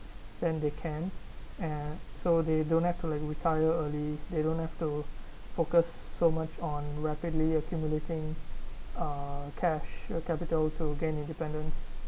then they can and so they don't like to like retire early they don't have to focus so much on rapidly accumulating uh cash capital to gain independence